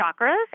chakras